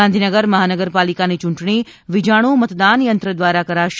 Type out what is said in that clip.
ગાંધીનગર મહાનગરપાલિકાની ચૂંટણી વીજાણુ મતદાન યંત્ર દ્વારા કરાશે